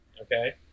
okay